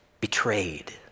betrayed